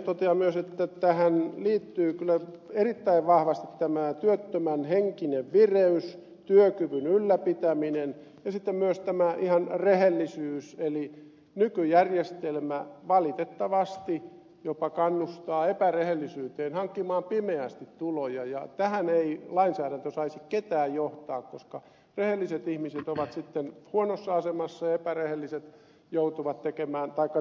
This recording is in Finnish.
totean myös että tähän liittyy kyllä erittäin vahvasti tämä työttömän henkinen vireys työkyvyn ylläpitäminen ja sitten myös tämä ihan rehellisyys eli nykyjärjestelmä valitettavasti jopa kannustaa epärehellisyyteen hankkimaan pimeästi tuloja ja tähän ei lainsäädäntö saisi ketään johtaa koska rehelliset ihmiset ovat sitten huonossa asemassa ja epärehelliset